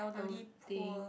I would think